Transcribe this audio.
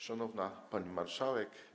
Szanowna Pani Marszałek!